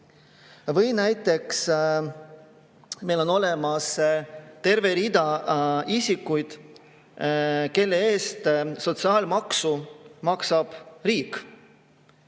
Või näiteks meil on olemas terve rida isikuid, kelle eest sotsiaalmaksu maksab riik,